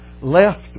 left